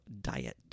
diet